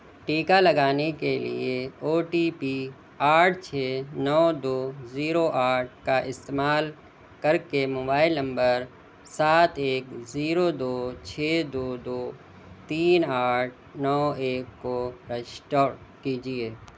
ٹیکا لگانے کے لیے او ٹی پی آٹھ چھ نو دو زیرو آٹھ کا استعمال کر کے موبائل نمبر سات ایک زیرو دو چھ دو دو تین آٹھ نو ایک کو رجسٹر کیجیے